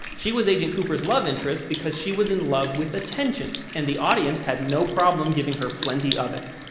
she was agent cooper's love interest because she was in love with attention, and the audience had no problem giving her plenty of it.